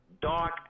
dark